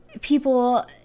people